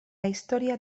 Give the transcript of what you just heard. historia